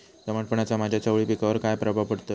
दमटपणाचा माझ्या चवळी पिकावर काय प्रभाव पडतलो?